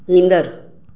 ईंदड़ु